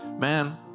Man